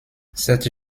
cette